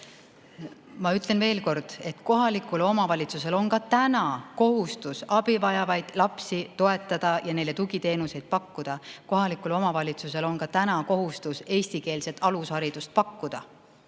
Ma ütlen veel kord, et kohalikul omavalitsusel on ka praegu kohustus abi vajavaid lapsi toetada ja neile tugiteenuseid pakkuda. Kohalikul omavalitsusel on ka praegu kohustus eestikeelset alusharidust pakkuda.